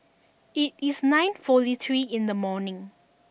it is nine forty three in the morning